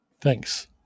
Thanks